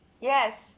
Yes